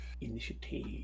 Initiative